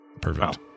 Perfect